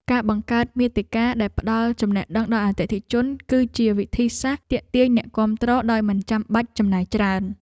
ការបង្កើតមាតិកាដែលផ្ដល់ចំណេះដឹងដល់អតិថិជន គឺជាវិធីសាស្ត្រទាក់ទាញអ្នកគាំទ្រដោយមិនបាច់ចំណាយច្រើន។